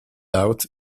out